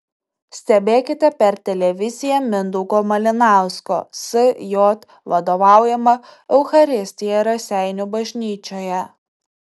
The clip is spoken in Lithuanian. stebėkite per televiziją mindaugo malinausko sj vadovaujamą eucharistiją raseinių bažnyčioje